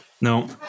No